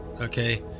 Okay